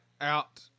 out